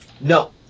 No